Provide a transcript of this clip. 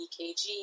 EKG